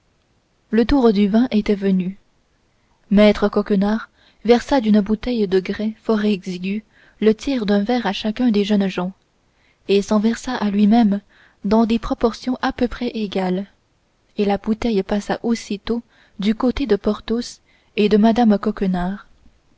le tour du vin était venu maître coquenard versa d'une bouteille de grès fort exiguë le tiers d'un verre à chacun des jeunes gens s'en versa à lui-même dans des proportions à peu près égales et la bouteille passa aussitôt du côté de porthos et de mme coquenard